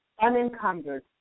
unencumbered